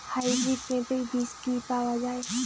Hybrid পেঁপের বীজ কি পাওয়া যায়?